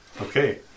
Okay